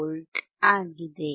28V ಆಗಿದೆ